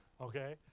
okay